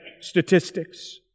statistics